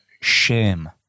shame